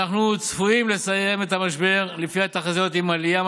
אני אתן דוגמאות.